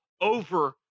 over